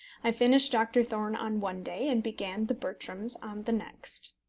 i finished doctor thorne on one day, and began the bertrams on the next.